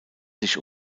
sich